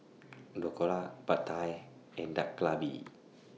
Dhokla Pad Thai and Dak Galbi